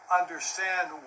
understand